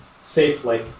safely